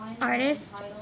Artist